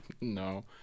No